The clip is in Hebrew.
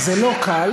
אז זה לא קל,